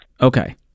Okay